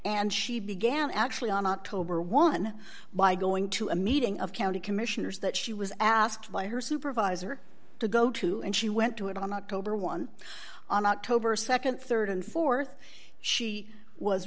and she began actually on october one by going to a meeting of county commissioners that she was asked by her supervisor to go to and she went to it on october one on october nd rd and th she was